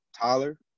Tyler